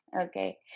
Okay